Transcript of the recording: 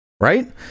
Right